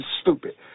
stupid